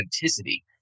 authenticity